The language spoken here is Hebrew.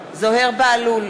בעד זוהיר בהלול,